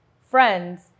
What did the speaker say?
friends